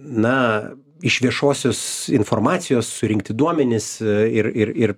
na iš viešosios informacijos surinkti duomenys ir ir ir